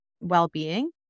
well-being